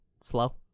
slow